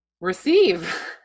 receive